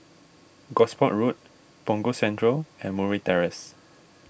Gosport Road Punggol Central and Murray Terrace